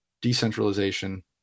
decentralization